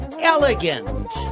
elegant